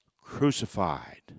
crucified